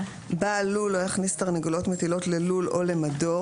בעל לול לא יכניס תרנגולות מטילות ללול או למדור,